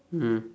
mm